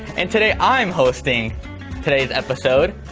and today i'm hosting today's episode.